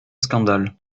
scandale